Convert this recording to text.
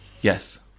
Yes